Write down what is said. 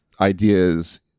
ideas